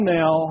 now